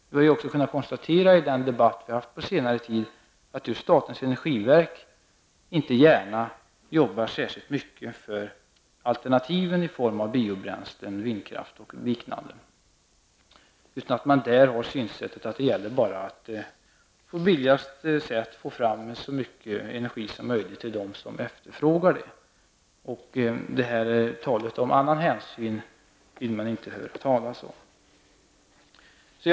Vi har ju också av den debatt som har förekommit på senare tid kunnat konstatera att just statens energiverk inte gärna arbetar särskilt mycket för alternativen i form av biobränslen, vindkraft och liknande, utan att man där har det synsättet att det bara gäller att på billigaste sätt få fram så mycket energi som möjligt till dem som efterfrågar den. Man vill där inte höra talas om att ta andra hänsyn.